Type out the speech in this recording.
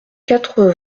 quatre